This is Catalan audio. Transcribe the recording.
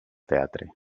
teatre